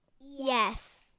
Yes